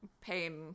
pain